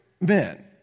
men